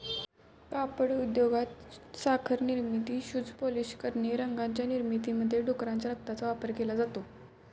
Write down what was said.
कापड उद्योगात, साखर निर्मिती, शूज पॉलिश करणे, रंगांच्या निर्मितीमध्ये डुकराच्या रक्ताचा वापर केला जातो